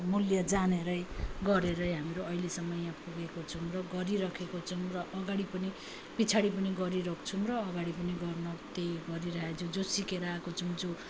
मूल्य जानेरै गरेरै हामीहरू अहिलेसम्म यहाँ पुगेको छौँ र गरिराखेको छौँ र अगाडि पनि पछाडि पनि गरिरहेको छौँ र अगाडि पनि गर्न त्यही गरिरहेछौँ जो सिकेर आएको छौँ जो